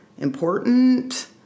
important